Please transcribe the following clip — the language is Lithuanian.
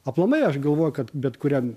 aplamai aš galvoju kad bet kuriam